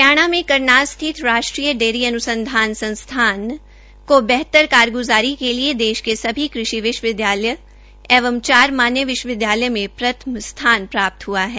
हरियाणा में करनाल स्थित राष्ट्रीय डेयरी अन्संधान संस्थान को बेहतर कारग्जारी के लिये देश के सभी कृषि विश्वविद्यालयों एवं चार मान्य विश्वद्यिालय में प्रथम स्थान पर रहा है